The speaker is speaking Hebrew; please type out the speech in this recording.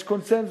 יש קונסנזוס,